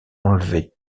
enlever